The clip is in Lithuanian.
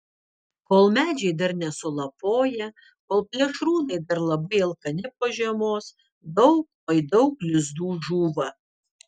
kol medžiai dar nesulapoję kol plėšrūnai dar labai alkani po žiemos daug oi daug lizdų žūva